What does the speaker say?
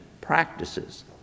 practices